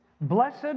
blessed